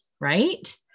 right